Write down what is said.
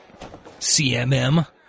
CMM